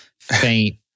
faint